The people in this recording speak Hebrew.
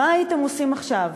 מה הייתם עושים עכשיו?